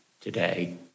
today